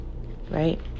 right